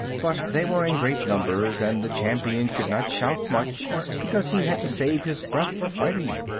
but they were in great numbers, and the champion could not shout much because he had to save his breath for fighting.